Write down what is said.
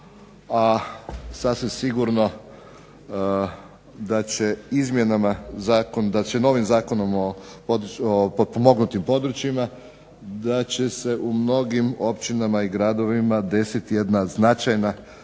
a sasvim sigurno da će novim Zakonom o potpomognutim područjima, da će se u mnogim općinama i gradovima desiti jedna značajna